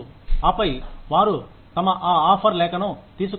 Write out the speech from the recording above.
ఆపై వారు తమ ఆ ఆఫర్ లేఖను తీసుకుంటారు